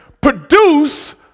produce